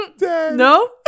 No